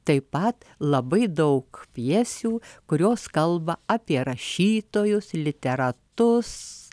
taip pat labai daug pjesių kurios kalba apie rašytojus literatus